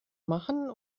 machen